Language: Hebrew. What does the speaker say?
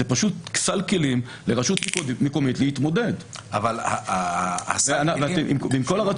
זה פשוט סל כלים שמאפשר לרשות מקומית להתמודד עם דברים כאלה.